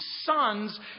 sons